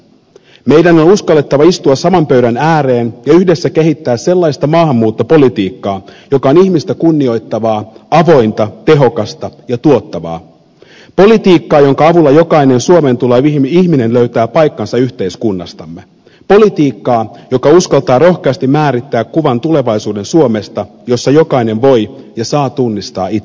meidän on uskallettava istua saman pöydän ääreen ja yhdessä kehittää sellaista maahanmuuttopolitiikkaa joka on ihmistä kunnioittavaa avointa tehokasta ja tuottavaa politiikkaa jonka avulla jokainen suomeen tuleva ihminen löytää paikkansa yhteiskunnastamme politiikkaa joka uskaltaa rohkeasti määrittää kuvan tulevaisuuden suomesta jossa jokainen voi ja saa tunnistaa itsensä